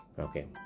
okay